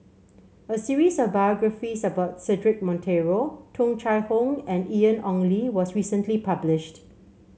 a series of biographies about Cedric Monteiro Tung Chye Hong and Ian Ong Li was recently published